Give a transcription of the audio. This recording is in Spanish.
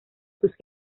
sus